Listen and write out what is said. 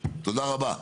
תודה רבה,